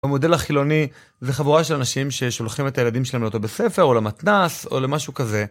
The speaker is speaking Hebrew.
המודל החילוני זה חבורה של אנשים ששולחים את הילדים שלהם לאותו בית ספר או למתנ"ס או משהו כזה.